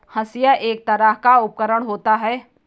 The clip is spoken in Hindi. हंसिआ एक तरह का उपकरण होता है